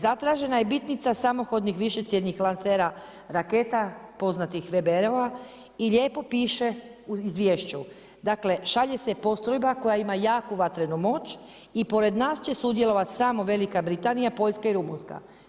Zatražena je bitnica samohodnih višecjevnih lansera raketa poznatih WBR-ova i lijepo piše u izvješću, dakle šalje se postrojba koja ima jaku vatrenu moć i pored nas će sudjelovati samo Velika Britanija, Poljska i Rumunjska.